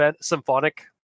symphonic